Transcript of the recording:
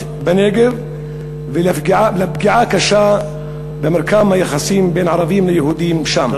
בנגב ולפגיעה קשה במרקם היחסים בין ערבים ליהודים שם.